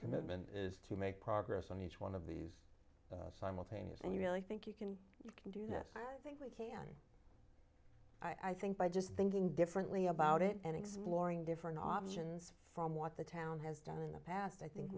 commitment is to make progress on each one of these simultaneous and you really think you can you can do this i think we can i think by just thinking differently about it and exploring different options from what the town has done in the past i think